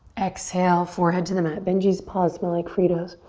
exhale forehead to the mat. benji's paws smell like frito's.